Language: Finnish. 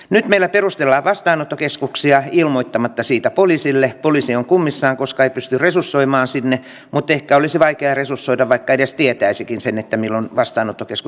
nyt meillä perustellaan vastaanottokeskuksia ilmoittamatta siitä poliisille poliisi on kummissaan koska ei pysty resursoimaan sinne koti olisi vaikea resursoida vaikka tietäisikin sen että viran vastaanottokesku